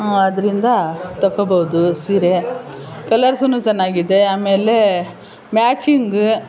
ಅದರಿಂದ ತಗೊಳ್ಬೋದು ಸೀರೆ ಕಲರ್ಸ್ನೂ ಚೆನ್ನಾಗಿದೆ ಆಮೇಲೆ ಮ್ಯಾಚಿಂಗ್